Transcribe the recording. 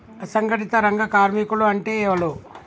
అసంఘటిత రంగ కార్మికులు అంటే ఎవలూ?